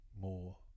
more